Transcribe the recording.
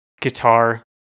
guitar